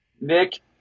Nick